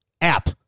app